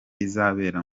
izabera